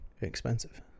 expensive